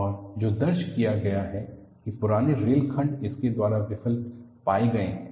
और जो दर्ज किया गया है कि पुराने रेल खंड इसके द्वारा विफल पाए गए हैं